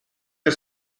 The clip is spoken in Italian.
per